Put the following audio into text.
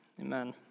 amen